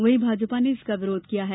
वहीं भाजपा ने इसका विरोध किया है